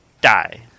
Die